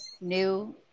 new